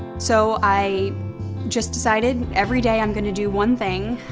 so i just decided, every day i'm gonna do one thing